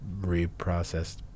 reprocessed